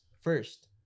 first